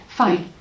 fine